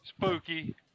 Spooky